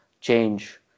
change